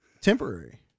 Temporary